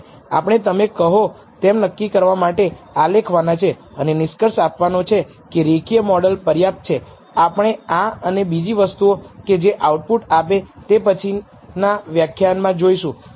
આપણે તેને બહુરેખીય કેસ સુધી લંબાવીશું અને નીચેના વ્યાખ્યાનમાં આપણે અન્ય ધારણાઓ ખરાબ ડેટાના પ્રભાવ વગેરે પણ જોઈશું